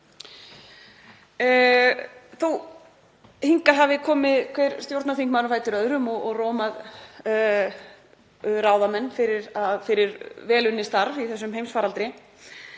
Þótt hingað hafi komi hver stjórnarþingmaðurinn á fætur öðrum og rómað ráðamenn fyrir vel unnið starf í þessum heimsfaraldri